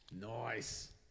Nice